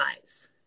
eyes